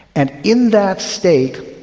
and in that state,